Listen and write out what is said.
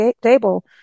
table